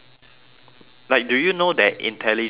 like do you know that intelligence is